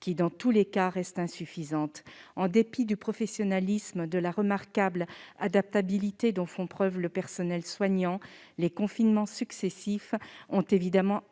cas, la prise en charge reste insuffisante. En dépit du professionnalisme et de la remarquable adaptabilité dont fait preuve le personnel soignant, les confinements successifs ont évidemment